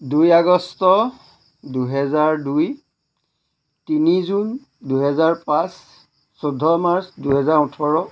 দুই আগষ্ট দুহেজাৰ দুই তিনি জুন দুহেজাৰ পাঁচ চৈধ্য মাৰ্চ দুহেজাৰ ওঠৰ